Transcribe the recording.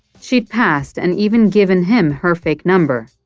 she'd passed and even given him her fake number.